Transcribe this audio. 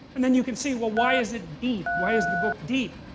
and then you can see, well why is it deep? why is the book deep?